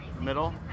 middle